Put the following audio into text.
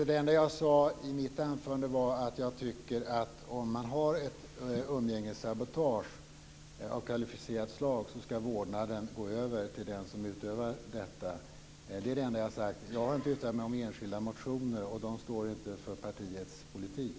Fru talman! Jag vet inte det. Det enda jag sade i mitt anförande var att jag tycker att om man har ett umgängessabotage av kvalificerat slag ska vårdnaden gå över till den som utövar detta. Det är det enda jag har sagt. Jag har inte uttalat mig om enskilda motioner, och de står inte för partiets politik.